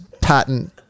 patent